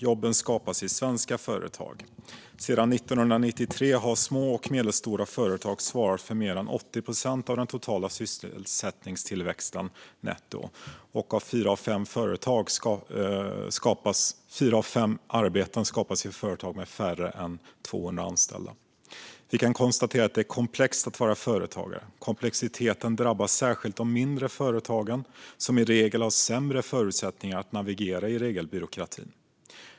Jobben skapas i svenska företag. Sedan 1993 har små och medelstora företag svarat för mer än 80 procent av den totala sysselsättningstillväxten netto, och fyra av fem arbeten skapas i företag med färre än 200 anställda. Vi kan konstatera att det är komplext att vara företagare. Komplexiteten drabbar särskilt de mindre företagen, som i regel har sämre förutsättningar att navigera i regelbyråkratin.